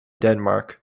denmark